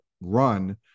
run